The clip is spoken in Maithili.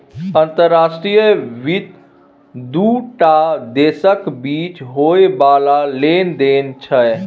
अंतर्राष्ट्रीय वित्त दू टा देशक बीच होइ बला लेन देन छै